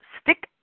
Stick